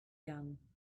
young